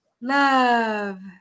love